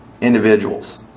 individuals